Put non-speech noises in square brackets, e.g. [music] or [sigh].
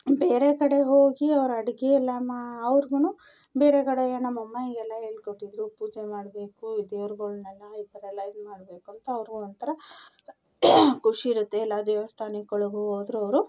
ಬೇರೆ ಕಡೆ ಹೋಗಿ ಅವ್ರು ಅಡುಗೆಯೆಲ್ಲ ಮಾ ಅವ್ರಿಗೂ ಬೇರೆ ಕಡೆ ನಮ್ಮ ಅಮ್ಮ ಹಿಂಗೆಲ್ಲಾ ಹೇಳ್ಕೊಟ್ಟಿದ್ರು ಪೂಜೆ ಮಾಡಬೇಕು ದೇವ್ರುಗಳ್ನೆಲ್ಲ ಈ ಥರ ಎಲ್ಲ [unintelligible] ಮಾಡಬೇಕು ಅಂತ ಅವ್ರಿಗೂ ಒಂಥರ ಖುಷಿಯಿರುತ್ತೆ ಎಲ್ಲ ದೇವಸ್ಥಾನಗಳಿಗು ಹೋದರೂ ಅವರು